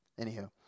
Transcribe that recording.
anywho